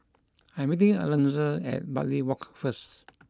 I am meeting Alonza at Bartley Walk first